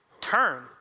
Turn